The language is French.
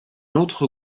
autre